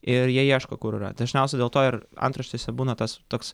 ir jie ieško kur yra dažniausia dėl to ir antraštėse būna tas toks